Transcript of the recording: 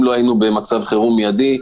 שאם לא היינו במצב חירום מיידי,